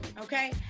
okay